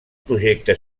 projecte